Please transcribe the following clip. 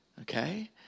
Okay